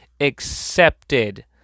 accepted